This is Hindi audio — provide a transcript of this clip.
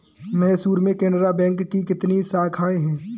मैसूर में केनरा बैंक की कितनी शाखाएँ है?